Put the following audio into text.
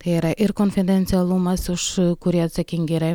kai yra ir konfidencialumas už kurį atsakingi yra